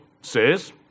says